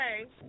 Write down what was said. Okay